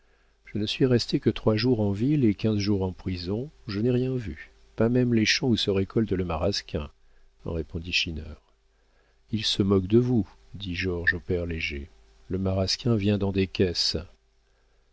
je ne suis resté que trois jours en ville et quinze jours en prison je n'ai rien vu pas même les champs où se récolte le marasquin répondit schinner ils se moquent de vous dit georges au père léger le marasquin vient dans des caisses